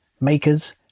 makers